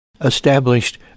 established